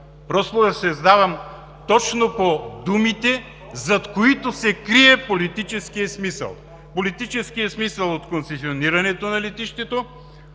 Просто разсъждавам точно по думите, зад които се крие политическият смисъл. Политическият смисъл от концесионирането на летището,